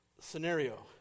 scenario